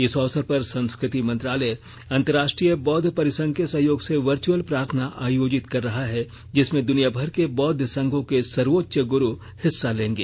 इस अवसर पर संस्कृति मंत्रालय अंतरराष्ट्रीय बौद्ध परिसंघ के सहयोग से वर्चअल प्रार्थना आयोजित कर रहा है जिसमें दुनिया भर के बौद्ध संघों के सर्वोच्च गुरु हिस्सा लेंगे